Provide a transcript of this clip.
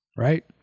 right